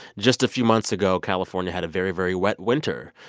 just a few months ago, california had a very, very wet winter,